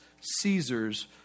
Caesar's